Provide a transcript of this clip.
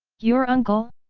your uncle?